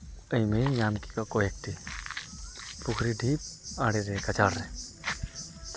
ᱟᱹᱭᱼᱢᱟᱹᱭ ᱤᱧ ᱧᱟᱢ ᱠᱮᱫ ᱠᱚᱣᱟ ᱠᱚᱭᱮᱠᱴᱤ ᱯᱩᱠᱷᱨᱤ ᱴᱷᱤᱯ ᱟᱬᱮᱨᱮ ᱜᱟᱡᱟᱲ ᱨᱮ